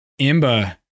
Imba